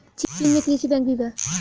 चीन में कृषि बैंक भी बा